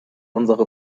unsere